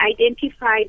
identified